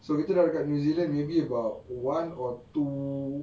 so kita dalam kat new zealand maybe about one or two